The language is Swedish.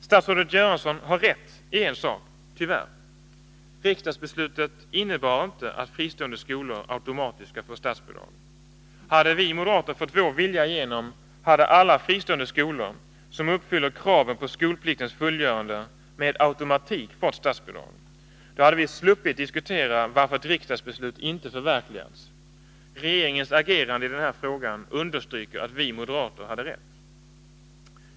Statsrådet Göransson har rätt i en sak, tyvärr. Riksdagsbeslutet innebar inte att fristående skolor automatiskt skall få statsbidrag. Hade vi moderater fått vår vilja igenom hade alla fristående skolor som uppfyller kraven på skolpliktens fullgörande med automatik fått statsbidrag. Då hade vi sluppit diskutera varför ett riksdagsbeslut inte förverkligats. Regeringens agerande i den här frågan understryker att vi moderater hade rätt.